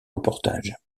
reportages